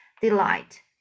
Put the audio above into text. delight